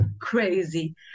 crazy